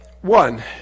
one